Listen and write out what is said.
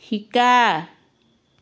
শিকা